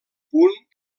punt